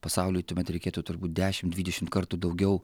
pasauliui tuomet reikėtų turbūt dešim dvidešimt kartų daugiau